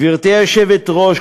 גברתי היושבת-ראש,